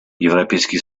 европейский